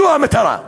זו המטרה.